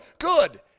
good